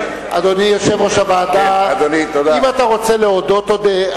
אדוני יושב-ראש הוועדה, אם אתה רוצה להודות, תודה.